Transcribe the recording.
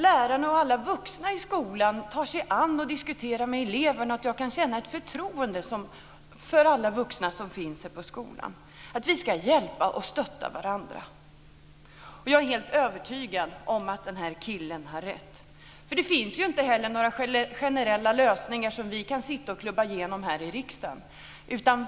Lärarna och alla vuxna i skolan måste ta sig an detta och diskutera med eleverna. Man måste kunna känna ett förtroende för alla vuxna som finns i skolan. Man ska hjälpa och stötta varandra. Jag är helt övertygad om att den här killen har rätt. Det finns ju inga generella lösningar som vi kan sitta och klubba igenom här i riksdagen.